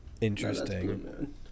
interesting